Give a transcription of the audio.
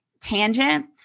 tangent